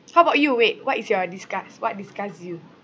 how about you wait what is your disgust what disgusts you